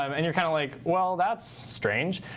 um and you're kind of like, well, that's strange.